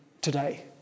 today